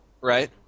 right